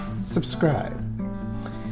subscribe